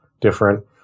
different